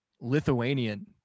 Lithuanian